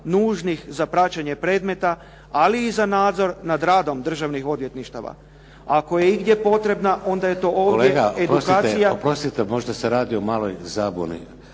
nužnih za praćenje predmeta, ali i za nadzora nad radom državnih odvjetništava. Ako je igdje potrebna onda je to ovdje edukacija. **Šeks, Vladimir (HDZ)** Kolega, oprostite možda se radi o maloj zabuni.